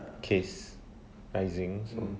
case rising so